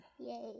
Yay